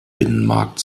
binnenmarkt